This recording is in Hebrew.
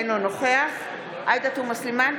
אינו נוכח עאידה תומא סלימאן,